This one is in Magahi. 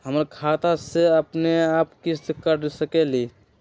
हमर खाता से अपनेआप किस्त काट सकेली?